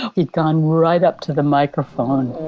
he'd gone right up to the microphone,